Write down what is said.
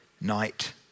night